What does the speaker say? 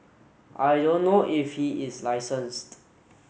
I don't know if he is licenced